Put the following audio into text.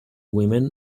women